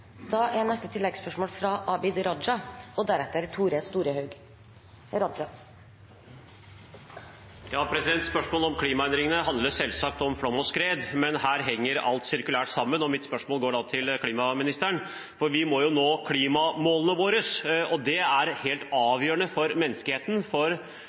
Abid Q. Raja – til oppfølgingsspørsmål. Spørsmålet om klimaendringene handler selvsagt om flom og skred, men her henger alt sirkulært sammen, og mitt spørsmål går da til klimaministeren: Vi må jo nå klimamålene våre, det er helt avgjørende for